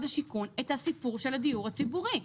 השיכון את הסיפור של הדיור הציבורי,